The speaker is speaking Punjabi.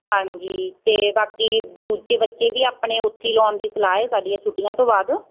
ਹਾਂਜੀ ਅਤੇ ਬਾਕੀ ਦੂਜੇ ਬੱਚੇ ਵੀ ਆਪਣੇ ਉੱਥੇ ਹੀ ਲਾਉਣ ਦੀ ਸਲਾਹ ਹੈ ਸਾਡੀ ਛੁੱਟੀਆਂ ਤੋਂ ਬਾਅਦ